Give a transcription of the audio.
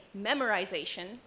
memorization